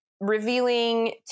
revealing